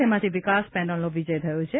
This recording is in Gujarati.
તેમાંથી વિકાસ પેનલનો વિજય થયો છે